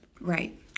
Right